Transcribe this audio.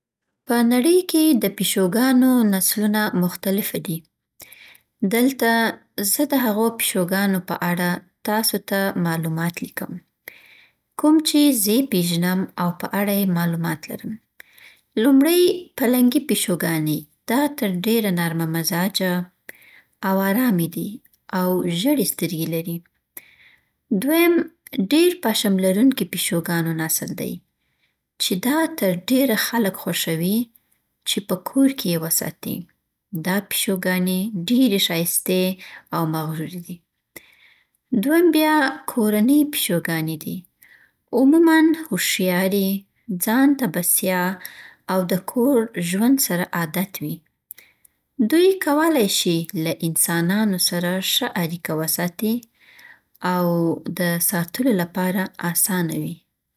په نړۍ کې د پیشوګانو نسلونه مختلفه دي. دلته زه د هغو پیشوګانو په اړه تاسو ته معلومات لیکم، کوم چې زه پیژنم او په اړه یې معلومات لرم. لومړی، پلنګي پیشوګاني دا تر ديره نرم مزاجه، او ارامه دي او ژړي سترګي لري. دوم، د ډیر پشم لرونکو پیشوګانو نسل دی، چې دا تر ډیره خلک خوښوي چې په کور کې یې وساتي. دا پیشوګاني ډیرې ښایستې، او مغروري دي. دریم بیا کورنۍ پیشوګاني دي، عموماً هوښیارې، ځان ته بسیا او د کور ژوند سره عادت وي. دوی کولی شي له انسانانو سره ښه اړیکه وساتي او د ساتلو لپاره اسانه وي.